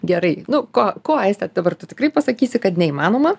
gerai nu ko ko aiste dabar tu tikrai pasakysi kad neįmanoma